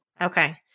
Okay